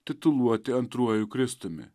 tituluoti antruoju kristumi